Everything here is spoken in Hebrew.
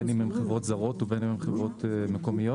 בין אם הן חברות זרות ובין אם הן חברות מקומיות.